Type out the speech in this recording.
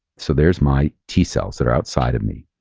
so there's my t-cells that are outside of me,